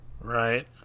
Right